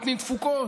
נותנים תפוקות.